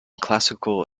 classical